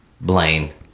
Blaine